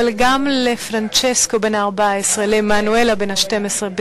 אבל גם למען פרנצ'סקו בן ה-14 ומנואל בן ה-12,